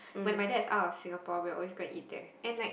when my dad is out of Singapore we'll always go and eat there and like